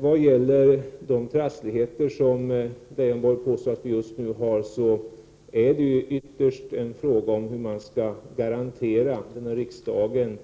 Vad gäller de trassligheter som Lars Leijonborg påstår att vi just nu har är det ytterst en fråga om hur man skall garantera den av riksdagen